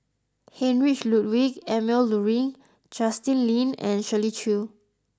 Heinrich Ludwig Emil Luering Justin Lean and Shirley Chew